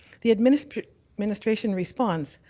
the administration administration response,